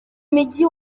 mujyi